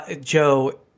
Joe